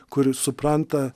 kur supranta